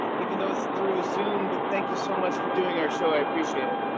even though it's through zoom. but thank you so much for doing our show. i appreciate it.